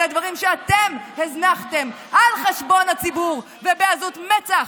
אלה דברים שאתם הזנחתם על חשבון הציבור ובעזות מצח.